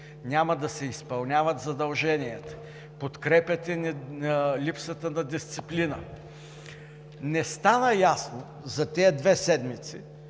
няма да се изпълняват задълженията, подкрепяте липсата на дисциплина. За тези две седмици